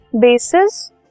bases